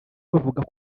bavuga